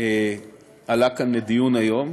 שעלה כאן לדיון היום,